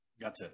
Gotcha